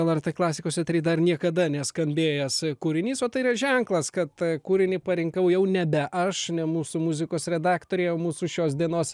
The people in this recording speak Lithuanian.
lrt klasikos etery dar niekada neskambėjęs kūrinys o tai yra ženklas kad kūrinį parinkau jau nebe aš ne mūsų muzikos redaktorė o mūsų šios dienos